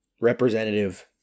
representative